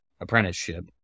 apprenticeship